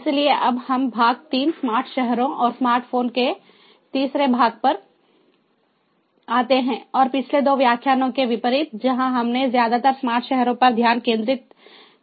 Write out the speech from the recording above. इसलिए अब हम भाग 3 स्मार्ट शहरों और स्मार्टफोन के तीसरे भाग पर आते हैं और पिछले 2 व्याख्यानों के विपरीत जहाँ हमने ज्यादातर स्मार्ट शहरों पर ध्यान केंद्रित किया है